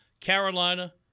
Carolina